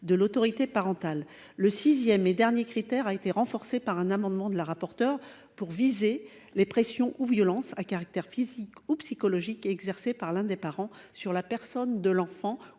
de l’autorité parentale. Le sixième et dernier critère a été renforcé par un amendement de la rapporteure pour viser « les pressions ou violences, à caractère physique ou psychologique, exercées par l’un des parents sur la personne de l’enfant